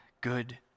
good